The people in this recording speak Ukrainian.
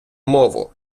мову